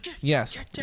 yes